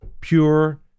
pure